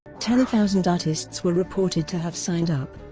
ten thousand artists were reported to have signed up.